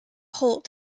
holt